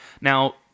Now